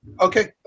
Okay